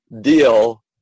deal